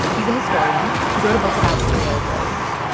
he's a historian. he wrote a book about railroads.